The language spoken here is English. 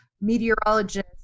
meteorologist